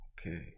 Okay